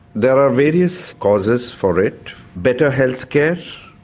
there are various causes for it better health care,